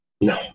No